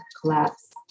collapse